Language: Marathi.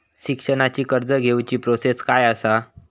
शिक्षणाची कर्ज घेऊची प्रोसेस काय असा?